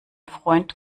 freund